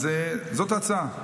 זאת ההצעה.